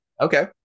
Okay